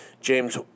James